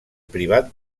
privat